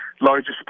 largest